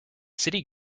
city